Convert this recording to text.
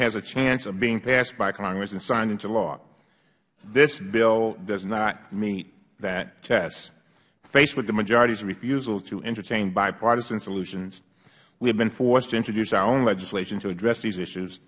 has a chance of being passed by congress and signed into law this bill does not meet that test faced with the majoritys refusal to entertain bipartisan solutions we have been forced to introduce our own legislation to address these issues